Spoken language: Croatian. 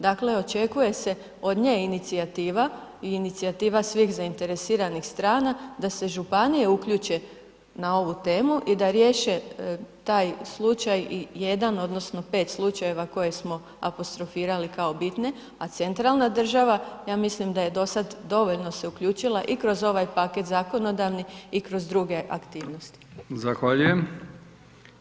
Dakle, očekuje se od nje inicijativa i inicijativa svih zainteresiranih strana da se županije uključe na ovu temu i da riješe taj slučaj i jedan, odnosno 5 slučaja koje smo apostrofirali kao bitne, a centralna država ja mislim da je dosad dovoljno se uključila i kroz ovaj paket zakonodavni i kroz druge aktivnosti.